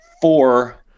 Four